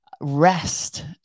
rest